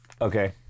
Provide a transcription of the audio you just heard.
Okay